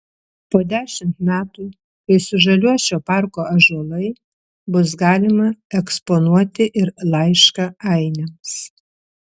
po dešimt metų kai sužaliuos šio parko ąžuolai bus galima eksponuoti ir laišką ainiams